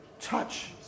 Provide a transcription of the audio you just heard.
Touch